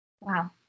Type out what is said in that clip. Wow